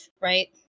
right